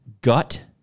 gut